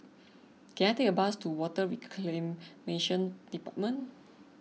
can I take a bus to Water Reclamation Department